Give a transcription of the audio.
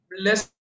less